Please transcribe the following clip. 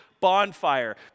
bonfire